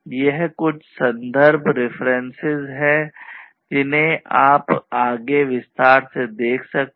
यह कुछ संदर्भ हैं जिन्हें आप आगे विस्तार से देख सकते हैं